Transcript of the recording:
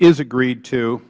is agreed to